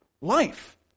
Life